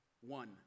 one